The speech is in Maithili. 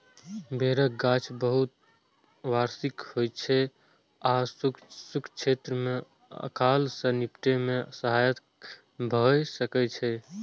बेरक गाछ बहुवार्षिक होइ छै आ शुष्क क्षेत्र मे अकाल सं निपटै मे सहायक भए सकै छै